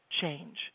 change